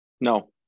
No